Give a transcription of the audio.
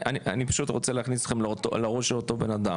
אני פשוט רוצה להכניס אותכם לראש של אותו בנאדם,